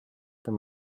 wenn